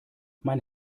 mein